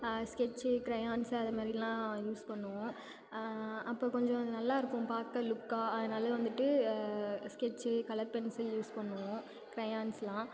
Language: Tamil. ஸ்கெட்ச்சு க்ரையான்ஸு அதை மாதிரிலாம் யூஸ் பண்ணுவோம் அப்போ கொஞ்சம் அது நல்லா இருக்கும் பார்க்க லுக்காக அதனால வந்துட்டு ஸ்கெட்ச்சு கலர் பென்சில் யூஸ் பண்ணுவோம் க்ரையான்ஸ்லாம்